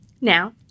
Now